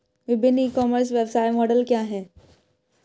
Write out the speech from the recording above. विभिन्न e commerce व्यवसाय model क्या हैं?